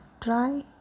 try